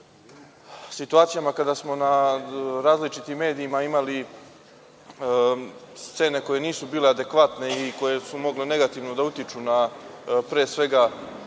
situacijama kada smo na različitim medijima imali scene koje nisu bile adekvatne i koje su mogle negativno da utiču na pre svega